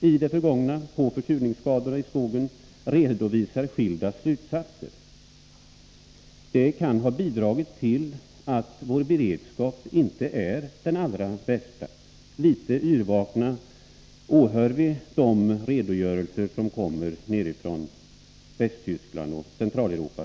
i det förgångna beträffande försurningsskadorna i skogen redovisar skilda slutsatser. Det kan ha bidragit till att vår beredskap inte är den allra bästa. Litet yrvakna åhör vi de redogörelser som kommer nedifrån Västtyskland och det övriga Centraleuropa.